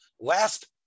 last